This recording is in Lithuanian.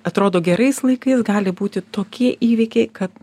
atrodo gerais laikais gali būti tokie įvykiai kad